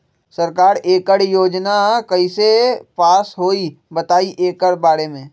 सरकार एकड़ योजना कईसे पास होई बताई एकर बारे मे?